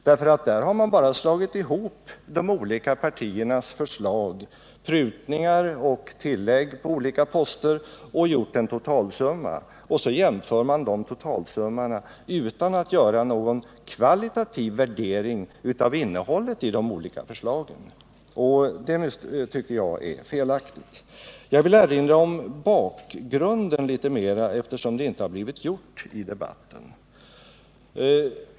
Där har man bara slagit ihop de olika partiernas förslag, gjort prutningar och tillägg på olika poster och fått fram en totalsumma, och så jämför man totalsummorna utan att göra någon kvalitativ värdering av innehållet i de olika förslagen. Det tycker jag är felaktigt. Jag vill erinra om bakgrunden litet mer, eftersom denna inte blivit klargjord under debatten.